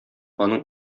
аның